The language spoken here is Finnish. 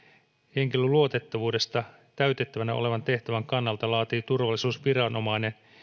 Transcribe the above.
henkilön luotettavuudesta täytettävänä olevan tehtävän kannalta laatii turvallisuusviranomainen